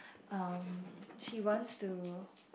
um she wants to